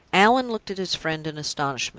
allan looked at his friend in astonishment.